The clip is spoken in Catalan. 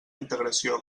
integració